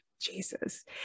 Jesus